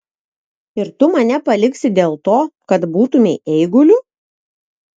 ir tu mane paliksi dėl to kad būtumei eiguliu